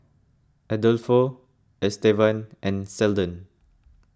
Adolfo Estevan and Seldon